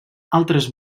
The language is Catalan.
altres